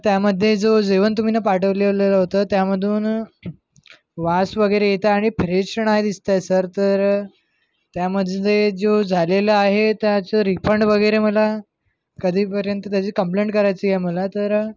त्यामध्ये जो जेवण तुम्ही ना पाठवलेलेलं होतं त्यामधून वास वगैरे येत आहे आणि फ्रेश नाही दिसत आहे सर तर त्यामध्ये जे जो झालेला आहे त्याचं रिफन्ड वगैरे मला कधीपर्यंत त्याची कंप्लेंट करायची आहे मला तर